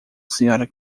srta